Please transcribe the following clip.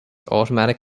automatic